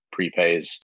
prepays